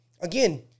again